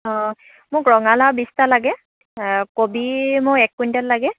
অঁ মোক ৰঙালাও বিছটা লাগে কবি মোক এক কুইণ্টেল লাগে